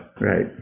Right